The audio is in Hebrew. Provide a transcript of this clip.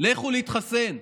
לכו להתחסן,